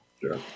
Sure